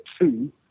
two